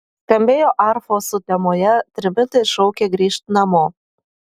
skambėjo arfos sutemoje trimitai šaukė grįžt namo